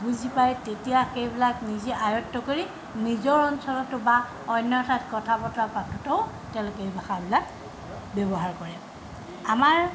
বুজি পায় তেতিয়া সেইবিলাক নিজে আয়ত্ত্ব কৰি নিজৰ অঞ্চলতো বা অন্য ঠাইত কথা বতৰা পাতোতেও তেওঁলোকে এই ভাষাবিলাক ব্যৱহাৰ কৰে আমাৰ